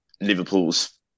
Liverpool's